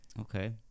okay